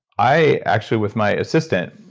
i, actually with my assistant,